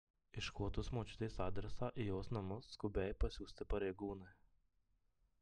iškvotus močiutės adresą į jos namus skubiai pasiųsti pareigūnai